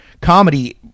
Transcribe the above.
comedy